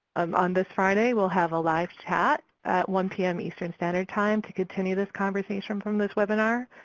um on this friday, we'll have a live chat at one p m. eastern standard time to continue this conversation from this webinar,